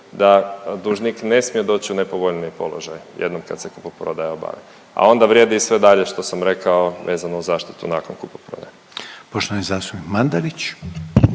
da dužnik ne smije doć u nepovoljniji položaj jednom kad se kupoprodaja obavi, a onda vrijedi i sve dalje što sam rekao vezano uz zaštitu nakon kupoprodaje. **Reiner,